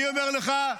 אני אומר לך,